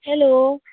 hello